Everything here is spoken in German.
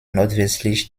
nordwestlich